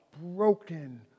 broken